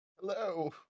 Hello